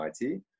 MIT